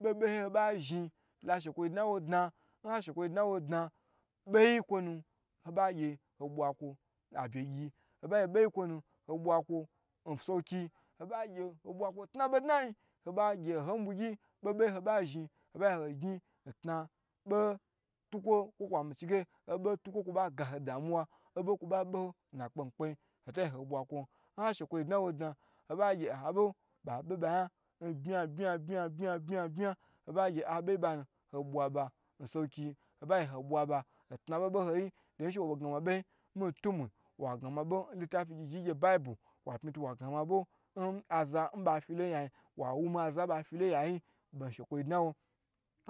Bo bo ho yi nho ba zhin la shekwo dna wo dna n ha sha kwo dna wo dna be yi nkwo nu ho ba gye hoi bwa kwo abye gyi, ho ba gye be yi kwo ho bwa kwo n sowokiyi, ho bagye ho bwa n tna bo dna yi, ho ba gye n hoi bwigyi boho boho yi ho ba zhin ho ba gye ho zhi ntna bo tukwo kwo kwa ha mi chi ge obo tukwo kwo ba ga ho damuwa kwo obo kwo ba be ho nna akpe mikpeyi ho ta gyi hoi bwa kwon n ha she kwo dna wo dna ho ba ge nha bo ba be nbye nbye nbye ho ba ge aboyi nbanu hoi bwa bo nso wokiyi ho ba yye hoi bwa ba ntna boho boho yi dohi she wo bo gna mi abe yi miyi tumu wa gna mi abo n shekwoyi bo da nlitafi gyigyiyi n baibu wa pi tu wa gna mi abo ngye aza nba fi lo yayi wa wumi aza ba filo nyayi nshe kwo dnawo